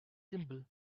simple